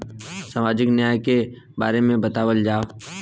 सामाजिक न्याय के बारे में बतावल जाव?